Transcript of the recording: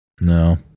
No